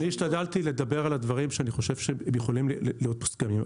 אני השתדלתי לדבר על הדברים שאני חושב שהם יכולים להיות מוסכמים.